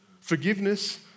Forgiveness